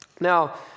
Now